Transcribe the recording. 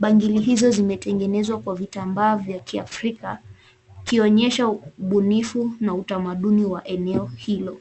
Bangili hizo zimetengenezwa kwa vitambaa vya Kiafrika, ikionyesha ubunifu na utamaduni wa eneo hilo.